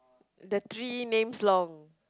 the three names long